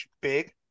big